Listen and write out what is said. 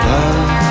Love